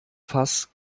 fass